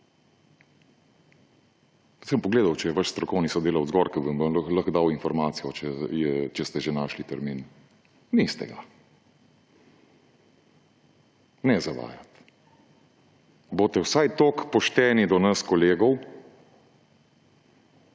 bom pogledal, če je vaš strokovni sodelavec gor, ki bi vam lahko dal informacijo, če ste že našli termin. Niste ga. Ne zavajati. Bodite vsaj toliko pošteni do nas kolegov,